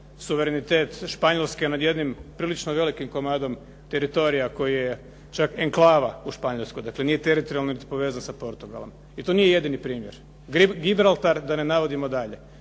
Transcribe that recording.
suverenitet Španjolske nad jednim prilično velikim komadom teritorija koji je čak enklava u Španjolskoj. Dakle nije teritorijalno niti povezan sa Portugalom. I to nije jedini primjer. Gibraltar da ne navodimo dalje.